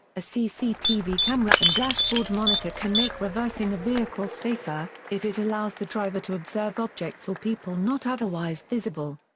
a cctv camera and dashboard monitor can make reversing a vehicle safer, if it allows the driver to observe objects or people people not otherwise visible.